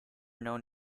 known